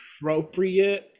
appropriate